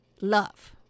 love